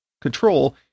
control